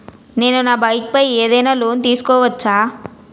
నేను నా బైక్ పై ఏదైనా లోన్ తీసుకోవచ్చా?